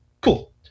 Cool